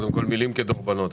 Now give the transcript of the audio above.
מלים כדורבנות.